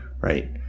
right